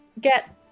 get